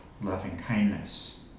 loving-kindness